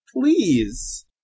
please